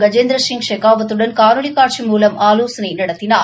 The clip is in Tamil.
கஜேந்திர சிங் ஷெகாவத் துடன் காணொளிக் காட்சி மூலம் ஆலோசனை நடத்தினார்